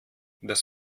das